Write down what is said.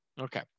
Okay